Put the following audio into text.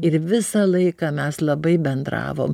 ir visą laiką mes labai bendravom